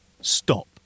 Stop